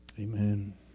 Amen